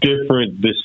different